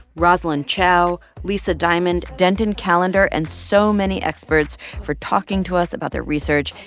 rosalind chao, lisa diamond, denton callander and so many experts for talking to us about their research.